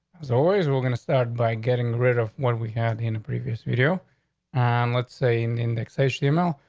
i was always we're going to start by getting rid of what we had in the previous video i'm and let's say in indexation email,